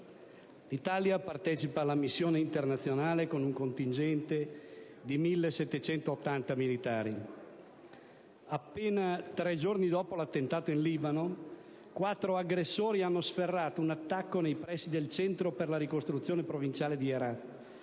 L'Italia partecipa alla missione internazionale con un contingente di 1.780 militari. Appena tre giorni dopo l'attentato in Libano quattro aggressori hanno sferrato un attacco nei pressi del Centro per la Ricostruzione Provinciale di Herat,